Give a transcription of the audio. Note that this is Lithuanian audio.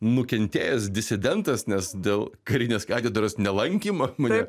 nukentėjęs disidentas nes dėl karinės katedros nelankymo mane